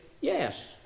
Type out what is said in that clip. yes